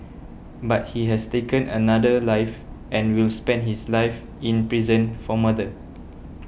but he has taken another life and will spend his life in prison for murder